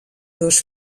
dos